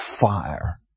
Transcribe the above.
fire